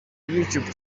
youtube